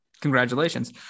Congratulations